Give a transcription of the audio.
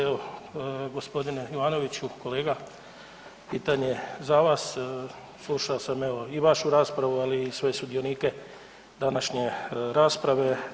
Evo gospodine Ivanoviću, kolega pitanje za vas, slušao sam evo i vašu raspravu, ali i sve sudionike današnje rasprave.